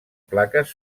plaques